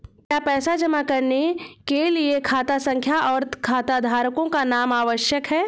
क्या पैसा जमा करने के लिए खाता संख्या और खाताधारकों का नाम आवश्यक है?